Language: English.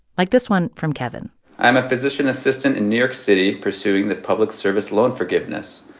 like this one from kevin i'm a physician assistant in new york city pursuing the public service loan forgiveness.